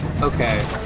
Okay